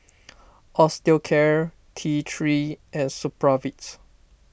Osteocare T three and Supravit